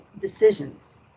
decisions